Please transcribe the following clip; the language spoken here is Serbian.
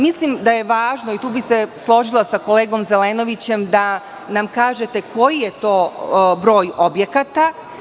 Mislim da je važno, i tu bih se složila sa kolegom Zelenovićem, da nam kažete koji je toj broj objekata.